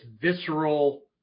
visceral